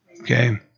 okay